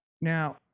now